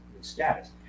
status